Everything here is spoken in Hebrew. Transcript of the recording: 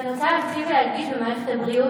אני רוצה להתחיל להנגיש במערכת הבריאות,